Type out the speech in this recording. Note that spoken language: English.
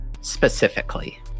Specifically